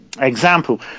example